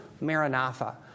Maranatha